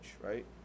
right